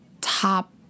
top